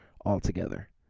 altogether